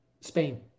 Spain